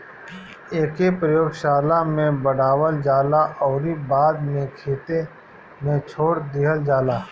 एके प्रयोगशाला में बढ़ावल जाला अउरी बाद में खेते में छोड़ दिहल जाला